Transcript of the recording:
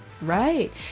Right